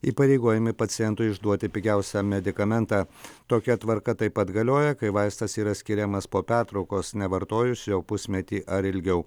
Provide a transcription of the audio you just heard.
įpareigojami pacientui išduoti pigiausią medikamentą tokia tvarka taip pat galioja kai vaistas yra skiriamas po pertraukos nevartojus jau pusmetį ar ilgiau